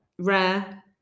Rare